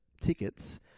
tickets